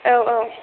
औ औ